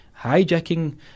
hijacking